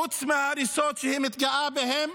חוץ מההריסות שהיא מתגאה בהן,